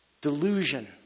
delusion